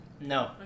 No